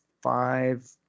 five